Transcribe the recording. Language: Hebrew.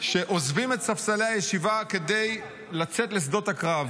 שעוזבים את ספסלי הישיבה כדי לצאת לשדות הקרב,